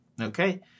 Okay